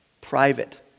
Private